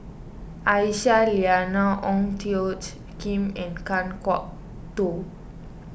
Aisyah Lyana Ong Tjoe Kim and Kan Kwok Toh